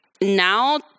Now